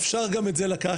אפשר גם את זה לקחת,